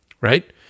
Right